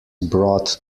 brought